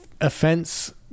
offense